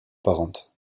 parentes